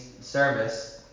service